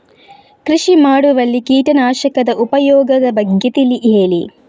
ಕೃಷಿ ಮಾಡುವಲ್ಲಿ ಕೀಟನಾಶಕದ ಉಪಯೋಗದ ಬಗ್ಗೆ ತಿಳಿ ಹೇಳಿ